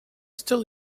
still